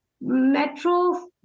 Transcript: metro